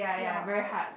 ya right